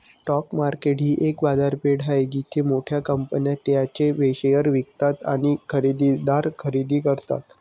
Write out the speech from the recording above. stock market ही एक बाजारपेठ आहे जिथे मोठ्या कंपन्या त्यांचे शेअर्स विकतात आणि खरेदीदार खरेदी करतात